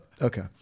okay